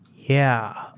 yeah.